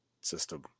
system